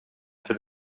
for